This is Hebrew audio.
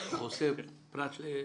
ועדת החינוך,